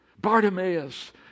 Bartimaeus